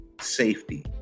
safety